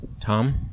Tom